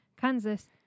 Kansas